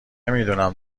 میدونم